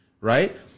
Right